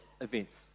events